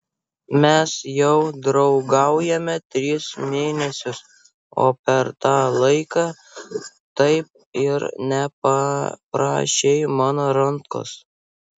mes jau draugaujame tris mėnesius o per tą laiką taip ir nepaprašei mano rankos